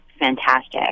fantastic